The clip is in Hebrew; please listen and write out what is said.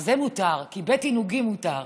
אז זה מותר, כי בית עינוגים מותר.